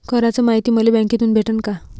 कराच मायती मले बँकेतून भेटन का?